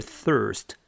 thirst